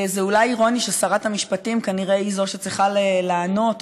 זה אולי אירוני ששרת המשפטים כנראה היא שצריכה לענות,